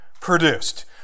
produced